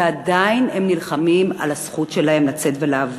ועדיין הם נלחמים על הזכות שלהם לצאת ולעבוד.